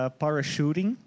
parachuting